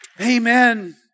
Amen